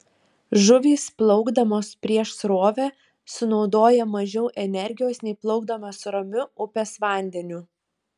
žuvys plaukdamos prieš srovę sunaudoja mažiau energijos nei plaukdamos ramiu upės vandeniu